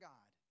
God